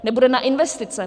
Nebude na investice.